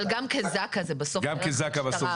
אבל גם כזק"א זה בסוף דרך המשטרה,